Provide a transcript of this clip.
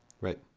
Right